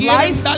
life